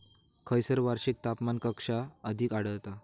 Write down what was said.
खैयसर वार्षिक तापमान कक्षा अधिक आढळता?